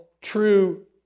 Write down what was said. true